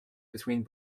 between